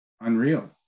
unreal